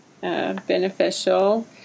beneficial